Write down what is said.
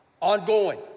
Ongoing